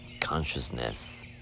consciousness